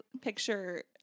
picture